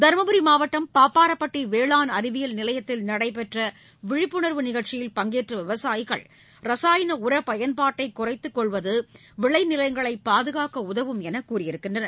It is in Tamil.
தருமபுரி மாவட்டம் பாப்பாரப்பட்டி வேளாண் அறிவியல் நிலையத்தில் நடைபெற்ற விழிப்புணா்வு நிகழ்ச்சியில் பங்கேற்ற விவசாயிகள் இரசாயன உர பயன்பாட்டை குறைத்துக் கொள்வது விளை நிலங்களை பாதுகாக்க உதவும் என்று கூறியுள்ளனர்